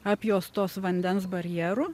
apjuostos vandens barjeru